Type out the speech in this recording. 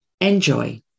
Enjoy